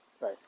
Right